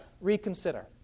reconsider